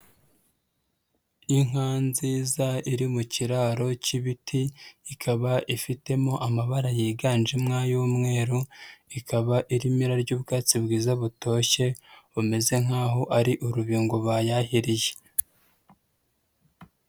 Inka nziza iri mu kiraro cy'ibiti, ikaba ifitemo amabara yiganjemo ay'umweru, ikaba irimo irarya ubwatsi bwiza butoshye, bumeze nk'aho ari urubingo bayahiriye.